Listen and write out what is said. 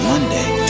Monday